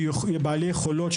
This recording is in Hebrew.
שהם בעלי יכולות,